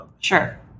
sure